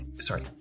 Sorry